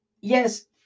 yes